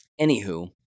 anywho